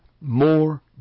more